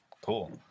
cool